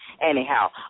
Anyhow